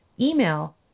email